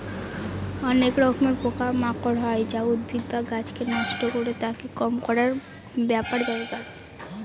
অনেক রকমের পোকা মাকড় হয় যা উদ্ভিদ বা গাছকে নষ্ট করে, তাকে কম করার ব্যাপার দরকার